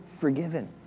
forgiven